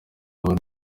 bari